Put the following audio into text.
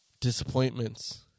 disappointments